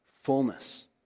fullness